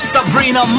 Sabrina